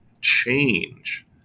change